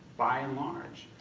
by and large.